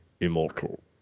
immortal